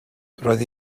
roedd